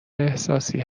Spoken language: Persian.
احساسی